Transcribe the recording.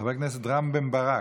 חבר הכנסת רם בן ברק,